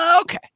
okay